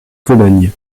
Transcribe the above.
cologne